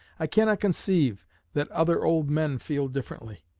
i cannot conceive that other old men feel differently.